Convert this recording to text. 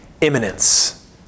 imminence